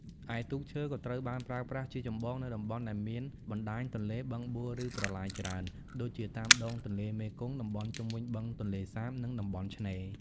ឯទូកឈើ ក៏ត្រូវបានប្រើប្រាស់ជាចម្បងនៅ តំបន់ដែលមានបណ្ដាញទន្លេ បឹងបួ ឬប្រឡាយច្រើន ដូចជាតាមដងទន្លេមេគង្គ តំបន់ជុំវិញបឹងទន្លេសាប និងតំបន់ឆ្នេរ ។